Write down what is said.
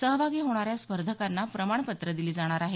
सहभागी होणाऱ्या स्पर्धकांना प्रमाणपत्रं दिली जाणार आहेत